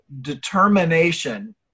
determination